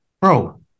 bro